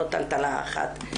לא טלטלה אחת,